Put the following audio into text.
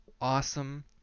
awesome